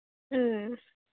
ꯎꯝ